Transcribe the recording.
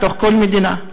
בכל מדינה,